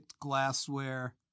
glassware